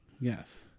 Yes